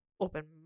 open